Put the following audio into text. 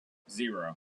zero